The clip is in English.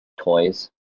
toys